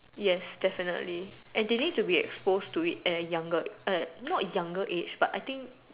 yes definitely and they need to be expose to it at a younger not younger age but I think